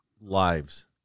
lives